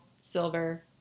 silver